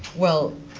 well,